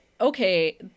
Okay